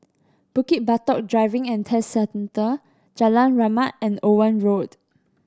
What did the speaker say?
Bukit Batok Driving and Test Centre Jalan Rahmat and Owen Road